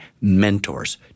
mentors